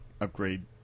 upgrade